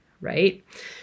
right